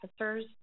officers